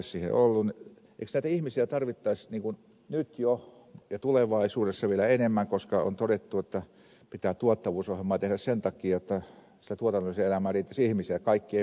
eikö näitä ihmisiä tarvittaisi nyt jo ja tulevaisuudessa vielä enemmän koska on todettu että pitää tuottavuusohjelmaa tehdä sen takia jotta tuotannolliseen elämään riittäisi ihmisiä ja kaikki eivät menisi hallintotöihin